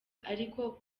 ariko